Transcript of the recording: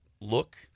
look